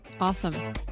Awesome